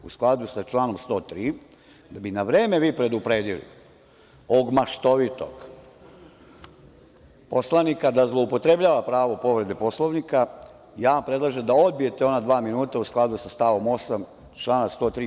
U skladu sa članom 103. da bi na vreme predupredili ovog maštovitog poslanika da zloupotrebljava pravo povrede Poslovnika, predlažem da odbijete ona dva minuta, u skladu sa stavom 8. člana 103.